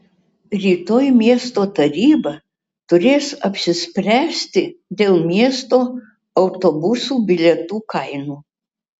rytoj miesto taryba turės apsispręsti dėl miesto autobusų bilietų kainų